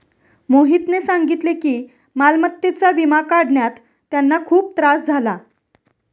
मोहितने सांगितले की मालमत्तेचा विमा काढण्यात त्यांना खूप त्रास झाला